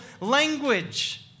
language